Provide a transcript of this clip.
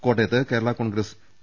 കോട്ടയത്ത് കേരള കോൺഗ്രസ് പി